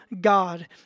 God